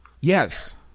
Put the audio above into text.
Yes